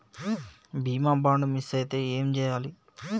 బీమా bond miss అయితే ఏం చేయాలి?